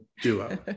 duo